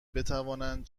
بتوانند